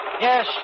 Yes